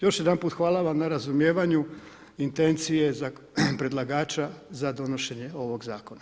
Još jedanput hvala vam na razumijevanju, intencije za predlagača za donošenje ovoga zakona.